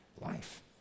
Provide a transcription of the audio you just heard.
life